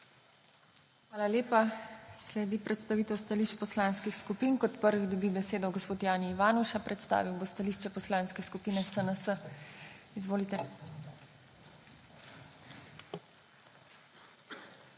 Hvala lepa. Sledi predstavitev stališč poslanskih skupin. Kot prvi dobi besedo gospod Jani Ivanuša. Predstavil bo stališče Poslanske skupine SNS. Izvolite.